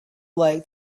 like